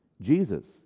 Jesus